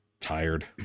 tired